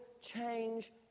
change